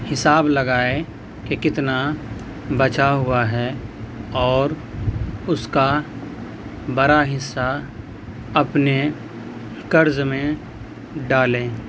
حساب لگائیں کہ کتنا بچا ہوا ہے اور اس کا بڑا حصہ اپنے قرض میں ڈالیں